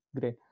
Great